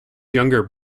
younger